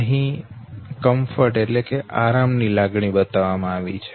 અહી આરામ ની લાગણી બતાડવામાં આવી છે